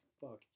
fuck